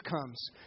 comes